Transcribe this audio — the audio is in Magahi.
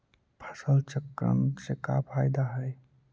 फसल चक्रण से का फ़ायदा हई?